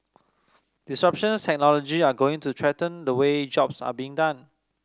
disruptions technology are going to threaten the way jobs are being done